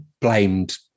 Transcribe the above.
blamed